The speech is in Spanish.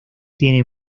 tiene